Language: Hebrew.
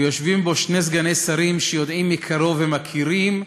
ויושבים פה שני סגני שרים שיודעים מקרוב ומכירים,